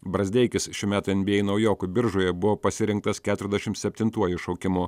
brazdeikis šių metų nba naujokų biržoje buvo pasirinktas keturiasdešim septintuoju šaukimu